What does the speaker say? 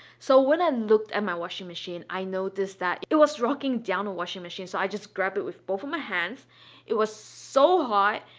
so when i looked at my washing machine i noticed that it was rocking down the washing machine. so i just grabbed it with both of my hands it was so hot.